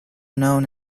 known